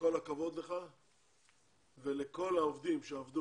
כל הכבוד לך ולכל העובדים שעשו,